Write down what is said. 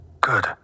Good